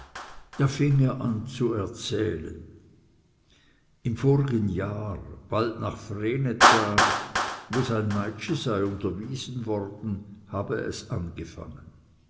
da fing er an zu erzählen im vorigen jahr bald nach vrenetag wo sein meitschi sei unterwiesen worden habe es angefangen